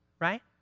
right